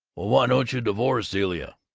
why don't you divorce zilla?